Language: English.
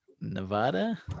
Nevada